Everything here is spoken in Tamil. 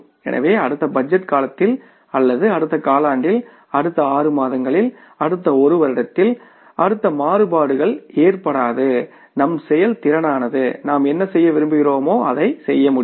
எனவே அடுத்த பட்ஜெட் காலத்தில் அடுத்த காலாண்டில் அடுத்த 6 மாதங்களில் அடுத்த ஒரு வருடத்தில் அந்த மாறுபாடுகள் ஏற்படாது நம் செயல்திறனானது நாம் என்ன செய்ய விரும்புகிறோமோ அதைச் செய்ய முடியும்